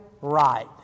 right